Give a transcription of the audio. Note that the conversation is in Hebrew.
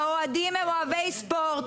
האוהדים הם אוהבי ספורט.